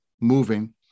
moving